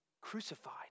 crucified